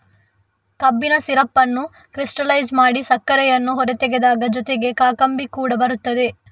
ಕಬ್ಬಿನ ಸಿರಪ್ ಅನ್ನು ಕ್ರಿಸ್ಟಲೈಜ್ ಮಾಡಿ ಸಕ್ಕರೆಯನ್ನು ಹೊರತೆಗೆದಾಗ ಜೊತೆಗೆ ಕಾಕಂಬಿ ಕೂಡ ಬರುತ್ತದೆ